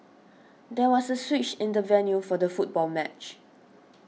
there was a switch in the venue for the football match